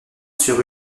sur